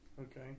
Okay